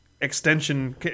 extension